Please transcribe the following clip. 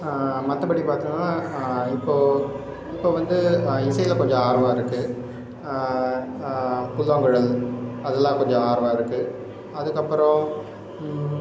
மற்றபடி பார்த்தோம்னா இப்போது இப்போ வந்து இசையில் கொஞ்சம் ஆர்வம் இருக்குது புல்லாங்குழல் அதெல்லாம் கொஞ்சம் ஆர்வம் இருக்குது அதுக்கப்புறம்